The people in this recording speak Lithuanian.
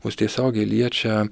mus tiesiogiai liečia